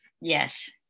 Yes